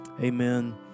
Amen